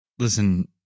Listen